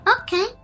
okay